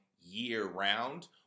year-round